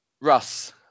Russ